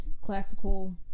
classical